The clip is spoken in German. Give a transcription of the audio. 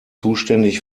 zuständig